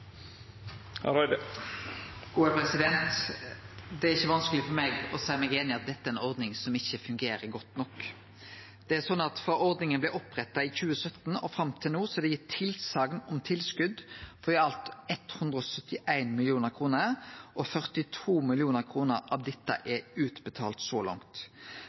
Det er ikkje vanskeleg for meg å seie meg einig i at dette er ei ordning som ikkje fungerer godt nok. Frå ordninga blei oppretta i 2017 og fram til no, er det gitt tilsegn om tilskot på i alt 171 mill. kr. 42 mill. kr av dette er utbetalt så langt.